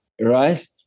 right